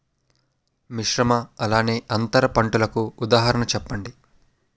మిశ్రమ అలానే అంతర పంటలకు ఉదాహరణ చెప్పండి?